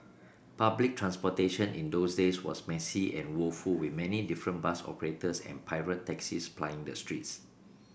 public transportation in those days was messy and woeful with many different bus operators and pirate taxis plying the streets